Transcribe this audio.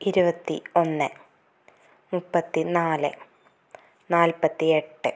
ഇരുപത്തി ഒന്ന് മുപ്പത്തി നാല് നാൽപ്പത്തി എട്ട്